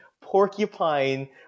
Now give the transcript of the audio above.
porcupine